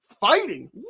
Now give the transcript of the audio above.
fighting